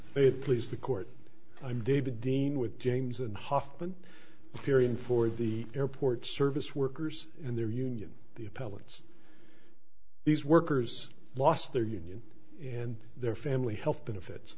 it please the court i'm david dean with james and hofmann caring for the airport service workers and their union the appellant's these workers lost their union and their family health benefits